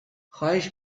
خواهش